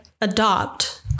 adopt